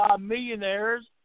millionaires